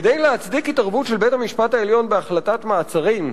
כדי להצדיק התערבות של בית-המשפט העליון בהחלטת מעצרים,